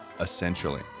essentially